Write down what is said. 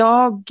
Jag